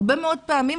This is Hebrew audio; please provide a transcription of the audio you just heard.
הרבה מאוד פעמים,